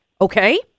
Okay